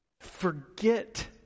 Forget